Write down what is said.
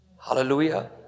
Hallelujah